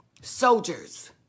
Soldiers